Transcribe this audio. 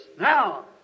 Now